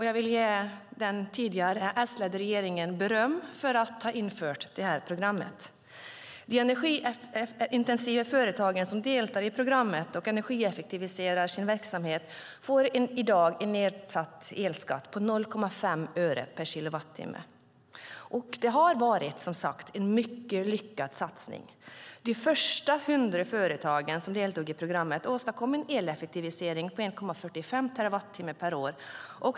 Jag vill ge den tidigare S-ledda regeringen beröm för att ha infört det här programmet. De energiintensiva företag som deltar i programmet och energieffektiviserar sin verksamhet får i dag en nedsatt elskatt på 0,5 öre per kilowattimme. Det har som sagt varit en mycket lyckad satsning. De första 100 företag som deltog i programmet åstadkom en eleffektivisering på 1,45 terawattimmar per år.